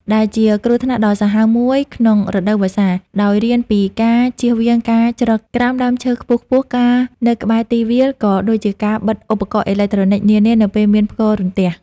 ដែលជាគ្រោះថ្នាក់ដ៏សាហាវមួយក្នុងរដូវវស្សា ដោយរៀនពីការចៀសវាងការជ្រកក្រោមដើមឈើខ្ពស់ៗ ការនៅក្បែរទីវាល ក៏ដូចជាការបិទឧបករណ៍អេឡិចត្រូនិចនានានៅពេលមានផ្គររន្ទះ។